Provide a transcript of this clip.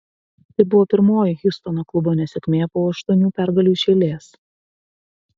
tai buvo pirmoji hjustono klubo nesėkmė po aštuonių pergalių iš eilės